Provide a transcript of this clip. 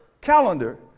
calendar